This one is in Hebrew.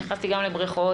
נכנסתי גם לבריכות,